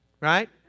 Right